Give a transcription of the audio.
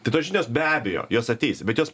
tai tos žinios be abejo jos ateis bet jos